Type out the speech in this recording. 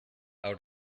out